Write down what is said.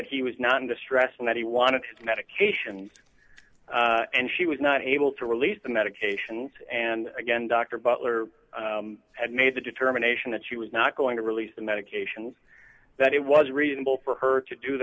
that he was not in distress and that he wanted his medications and she was not able to release the medications and again dr butler had made the determination that she was not going to release the medications that it was reasonable for her to do